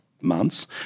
months